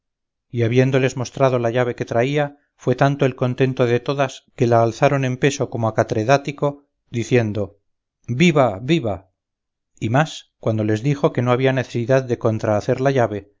y habiéndoles mostrado la llave que traía fue tanto el contento de todas que la alzaron en peso como a catredático diciendo viva viva y más cuando les dijo que no había necesidad de contrahacer la llave